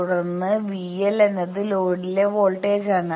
തുടർന്ന് VL എന്നത് ലോഡിലെ വോൾട്ടേജാണ്